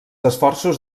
esforços